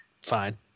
Fine